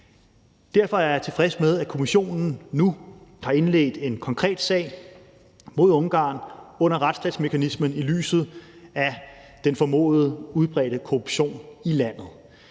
derfor er jeg tilfreds med, at Kommissionen nu har indledt en konkret sag mod Ungarn under retsstatsmekanismen i lyset af den formodede udbredte korruption i landet.